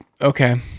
okay